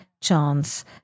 chance